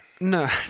No